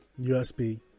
USB